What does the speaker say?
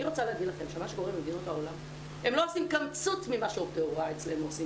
אני רוצה להגיד לכם שהם לא עושים קמצוץ ממה שעובדי ההוראה עושים